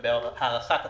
לגבי הארכת התקופות,